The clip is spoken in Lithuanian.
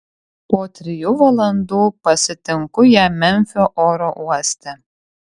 po trijų valandų pasitinku ją memfio oro uoste